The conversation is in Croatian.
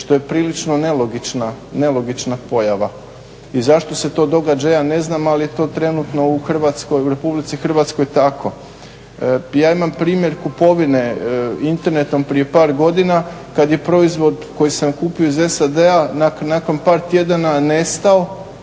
što je prilično nelogična pojava i zašto se to događa ja ne znam, ali je to trenutno u RH tako. Ja imam primjer kupovine internetom prije par godina kada je proizvod koji sam kupio iz SAD-a nakon par tjedana nestao